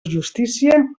justícia